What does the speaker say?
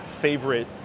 favorite